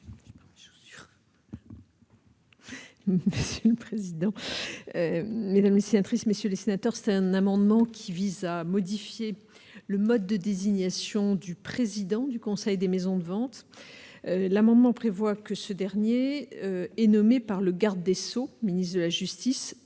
amenuise. Le président, mesdames, dessinatrice, messieurs les sénateurs, c'est un amendement qui vise à modifier le mode de désignation du président du Conseil des maisons de vente, l'amendement prévoit que ce dernier est nommé par le garde des Sceaux, ministre de la justice,